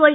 Y